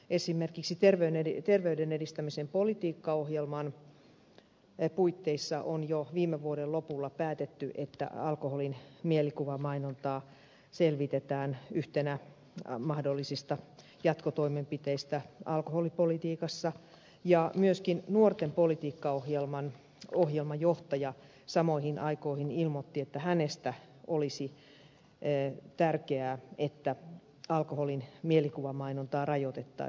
esimerkiksi terveyden edistämisen politiikkaohjelman puitteissa on jo viime vuoden lopulla päätetty että alkoholin mielikuvamainontaa selvitetään yhtenä mahdollisista jatkotoimenpiteiden kohteista alkoholipolitiikassa ja myöskin nuorten politiikkaohjelman johtaja samoihin aikoihin ilmoitti että hänestä olisi tärkeää että alkoholin mielikuvamainontaa rajoitettaisiin